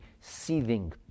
seething